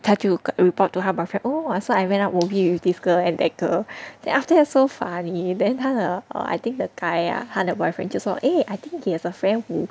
她就 report to 她 boyfriend oh so I went out movie with this girl and that girl then after that so funny then 她的 or I think the guy ah 她的 boyfriend 就说 eh I think he has a friend who